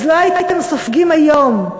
לא הייתם סופגים היום.